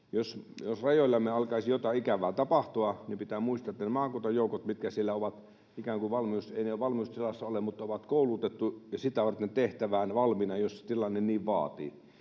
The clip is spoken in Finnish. jos rajoillamme alkaisi jotain ikävää tapahtua, niin pitää muistaa, että ne maakuntajoukot ovat siellä ikään kuin eivät valmiustilassa mutta koulutettu ja sitä varten tehtävään valmiina, jos tilanne niin vaatii.